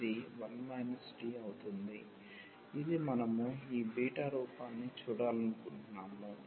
ఇది 1 minus t అవుతుంది ఇది మనము ఈ బీటా రూపాన్ని చూడాలనుకుంటున్నాము